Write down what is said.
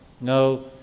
No